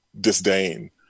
disdain